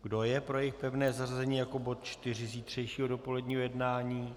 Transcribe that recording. Kdo je pro jejich pevné zařazení jako bod čtyři zítřejšího dopoledního jednání?